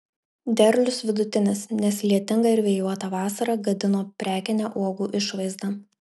derlius vidutinis nes lietinga ir vėjuota vasara gadino prekinę uogų išvaizdą